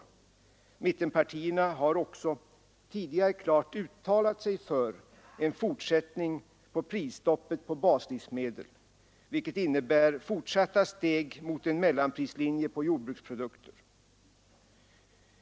Mittenpartierna har också tidigare klart uttalat sig för en fortsättning på prisstoppet på baslivsmedel, vilket innebär fortsatta steg mot en mellanprislinje för jordbruksprodukter.